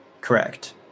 correct